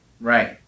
right